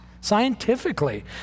scientifically